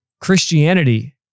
Christianity